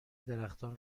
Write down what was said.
درختان